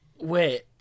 Wait